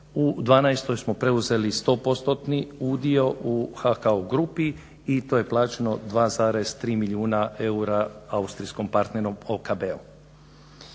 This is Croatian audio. u '12. smo preuzeli 100%-tni udio u HKO grupi i to je plaćeno 2,3 milijuna eura austrijskom partneru OKB.